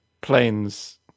planes